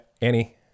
Annie